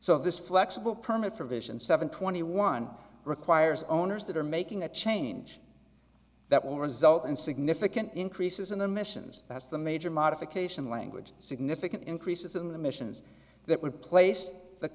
so this flexible permit for vision seven twenty one requires owners that are making a change that will result in significant increases in emissions that's the major modification language significant increases in the missions that would place the